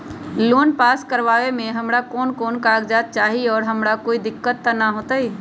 Loan pass करवावे में हमरा कौन कौन कागजात चाही और हमरा कोई दिक्कत त ना होतई?